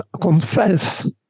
confess